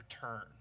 turn